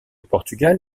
portugal